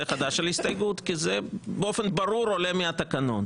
חדש על הסתייגות כי זה באופן ברור עולה מהתקנון.